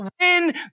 Win